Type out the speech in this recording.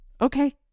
Okay